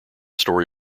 story